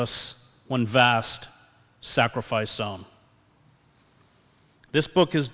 us one vast sacrifice on this book is